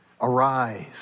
Arise